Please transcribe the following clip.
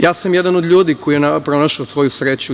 Ja sam jedan od ljudi koji je pronašao svoju sreću tu.